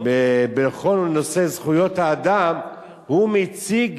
בכל נושא זכויות האדם הוא מציג